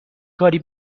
کاری